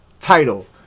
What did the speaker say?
title